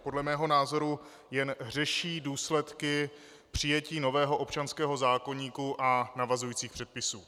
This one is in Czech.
Podle mého názoru jen řeší důsledky přijetí nového občanského zákoníku a navazujících předpisů.